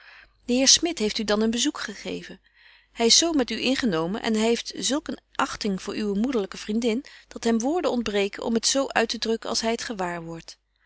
de heer smit heeft u dan een bezoek gegeven hy is zo met u ingenomen en hy heeft zulk eene achting voor uwe moederlyke vriendin dat hem woorden ontbreken om het zo uittedrukken als hy het gewaar wordt